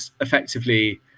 effectively